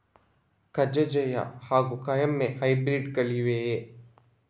ಕಜೆ ಜಯ ಹಾಗೂ ಕಾಯಮೆ ಹೈಬ್ರಿಡ್ ಗಳಿವೆಯೇ?